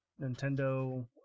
Nintendo